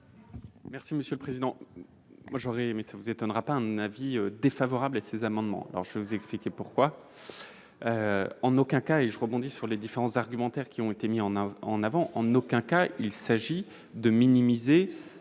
? Non, monsieur le président.